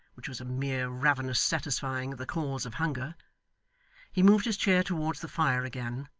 which was a mere ravenous satisfying of the calls of hunger he moved his chair towards the fire again,